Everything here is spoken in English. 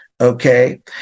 okay